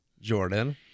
Jordan